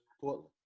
Portland